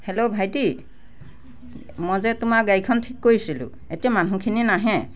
hello ভাইটি মই যে তোমাৰ গাড়ীখন ঠিক কৰিছিলোঁ এতিয়া মানুহখিনি নাহে